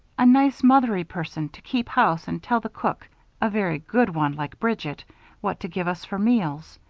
a nice, mother-y person to keep house and tell the cook a very good one like bridget what to give us for meals.